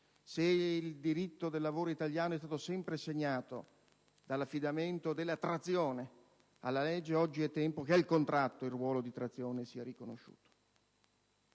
se il diritto del lavoro italiano è stato sempre segnato dall'affidamento della trazione alla legge, oggi è tempo che al contratto sia riconosciuto